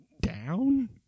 down